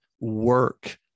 work